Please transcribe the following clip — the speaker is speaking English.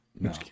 No